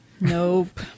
Nope